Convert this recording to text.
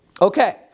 Okay